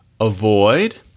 Avoid